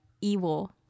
evil